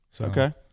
Okay